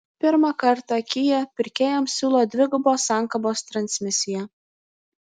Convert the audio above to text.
pirmą kartą kia pirkėjams siūlo dvigubos sankabos transmisiją